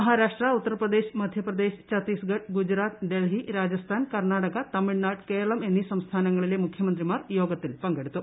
മഹാരാഷ്ട്ര ഉത്തർ പ്രദേശ് മധ്യപ്രദേശ് ഛത്തീ സ്ഗഢ് ഗുജറാത്ത് ഡൽഹി രാജസ്ഥാൻ കർണ്ണാടക തമിഴ്നാട് കേരളം എന്നീ സംസ്ഥാനങ്ങളിലെ മുഖ്യമന്ത്രിമാർ യോഗത്തിൽ പങ്കെടുത്തു